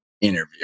interview